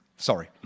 Sorry